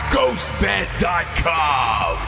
Ghostbed.com